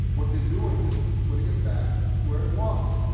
what they're doing is putting it back where it was,